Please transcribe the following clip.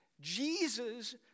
Jesus